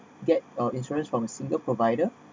get uh insurance from single provider